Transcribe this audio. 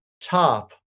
top